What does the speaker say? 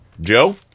Joe